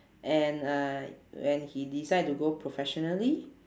and uh when he decide to go professionally